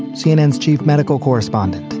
cnn's chief medical correspondent.